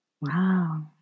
Wow